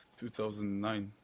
2009